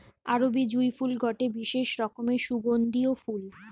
আরবি জুঁই ফুল গটে বিশেষ রকমের সুগন্ধিও ফুল